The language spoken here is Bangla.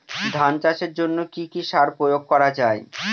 ধান চাষের জন্য কি কি সার প্রয়োগ করা য়ায়?